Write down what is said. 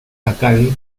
jacal